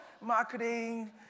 marketing